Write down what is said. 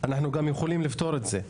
שאנחנו יכולים לפתור גם את זה.